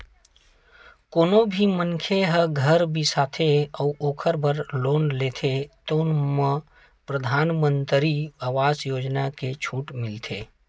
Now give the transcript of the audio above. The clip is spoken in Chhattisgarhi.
कोनो भी मनखे ह घर बिसाथे अउ ओखर बर लोन लेथे तउन म परधानमंतरी आवास योजना के छूट मिलथे